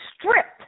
stripped